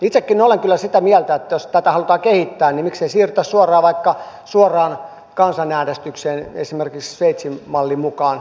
itsekin olen kyllä sitä mieltä että jos tätä halutaan kehittää niin miksei siirryttäisi suoraan vaikka suoraan kansanäänestykseen esimerkiksi sveitsin mallin mukaan